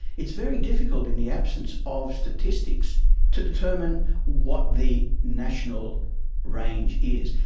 it's very difficult in the absence of statistics to determine what the national range is.